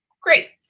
Great